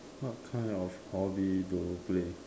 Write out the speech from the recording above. what kind of hobby do you play